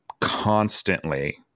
constantly